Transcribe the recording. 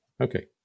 Okay